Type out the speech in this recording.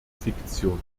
fiktion